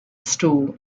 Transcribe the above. stool